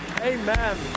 amen